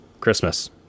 Christmas